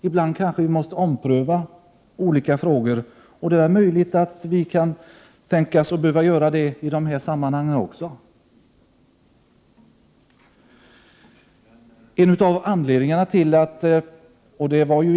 Ibland måste vi kanske ompröva olika frågor, och det är möjligt att vi kan behöva göra det också i dessa sammanhang.